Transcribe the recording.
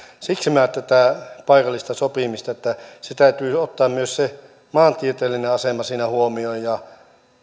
siksi minä tätä paikallista sopimista puolustan että täytyy ottaa myös se maantieteellinen asema siinä huomioon ja